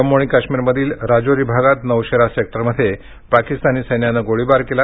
जम्मू काश्मीरमधील राजोरी भागात नोशेरा सेक्टरमध्ये पाकिस्तानी सैन्यानं गोळीबार केला